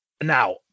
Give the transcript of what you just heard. Now